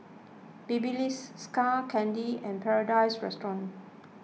Babyliss Skull Candy and Paradise Restaurant